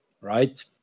right